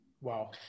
Wow